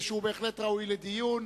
שהוא בהחלט ראוי לדיון.